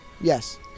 Yes